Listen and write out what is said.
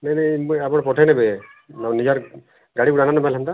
ନାଇଁ ନାଇଁ ଆପଣ ପଠେଇ ନେବେ ନିଜର ଗାଡ଼ି ଭଡ଼ା